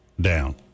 down